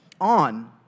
on